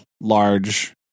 large